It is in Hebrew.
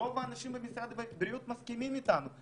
שרוב האנשים במשרד הבריאות מסכימים איתנו.